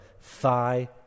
thigh